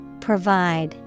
Provide